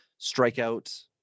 strikeout